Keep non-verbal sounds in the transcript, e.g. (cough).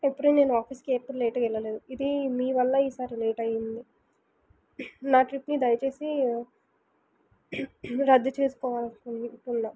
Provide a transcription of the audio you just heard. ఎప్పుడు నేను ఆఫీస్కి ఎప్పుడు లేట్గా వెళ్ళలేదు ఇది మీవల్ల ఈ సారి లేట్ అయ్యింది నా ట్రిప్ని దయచేసి రద్దు చేసుకోవాలి (unintelligible)